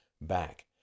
back